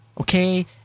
Okay